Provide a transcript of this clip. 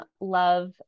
love